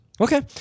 Okay